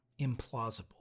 implausible